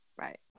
right